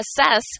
assess